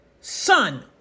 son